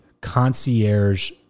concierge